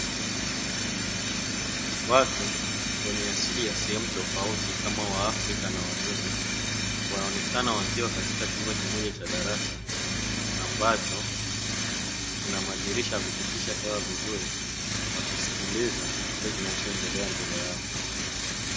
Watu wenye asili ya sehemu tofauti kama waafrika na wazungu, wanaonekana wakiwa katika chumba kimoja cha darasa ambacho kina madirisha ya kupitisha hewa vizuri, wakisikiliza kile kinachoendelea mbele yao.